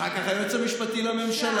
אחר כך היועץ המשפטי לממשלה,